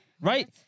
Right